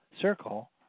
circle